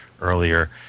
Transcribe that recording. earlier